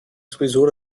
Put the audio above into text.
sowieso